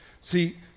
See